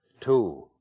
two